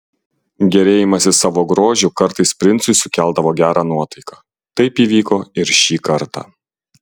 gėrėjimasis savo grožiu kartais princui sukeldavo gerą nuotaiką taip įvyko ir šį kartą